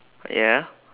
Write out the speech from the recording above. ya